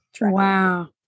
Wow